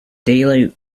daylight